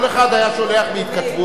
כל אחד היה שולח בהתכתבות,